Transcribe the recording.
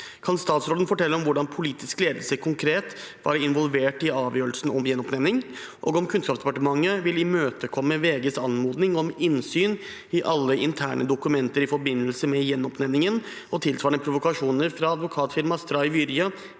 Kan statsråden fortelle om hvordan politisk ledelse konkret var involvert i avgjørelsen om gjenoppnevning, og om Kunnskapsdepartementet vil imøtekomme VGs anmodning om innsyn i alle interne dokumenter i forbindelse med gjenoppnevningen og tilsvarende provokasjoner fra advokatfirma Stray Vyrje